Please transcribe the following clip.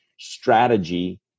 strategy